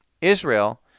Israel